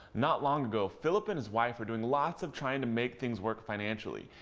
not long ago, philip and his wife were doing lots of trying to make things work financially.